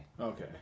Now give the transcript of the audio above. Okay